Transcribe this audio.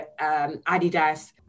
Adidas